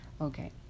okay